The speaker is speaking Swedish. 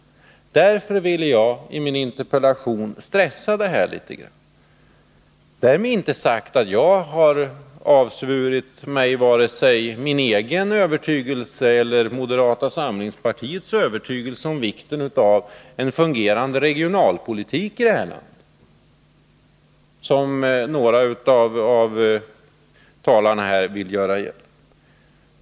Därför ville jag i min interpellation understryka detta. Därmed är det inte sagt att jag avsvurit mig vare sig min egen övertygelse eller moderata samlingspartiets övertygelse om värdet av en fungerande regionalpolitik i det här landet, vilket några av talarna här vill göra gällande.